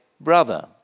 brother